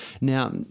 Now